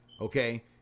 okay